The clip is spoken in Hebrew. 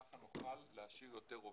ככה נוכל להשאיר יותר עובדים,